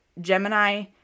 Gemini